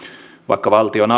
vaikka valtion